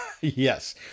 Yes